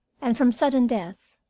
and from sudden death,